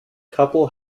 couple